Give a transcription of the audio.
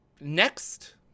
next